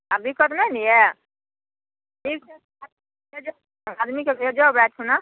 आब दिक्कत नहि ने यऽ ठीक छै आदमीके भेजब राति खुना